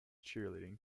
cheerleading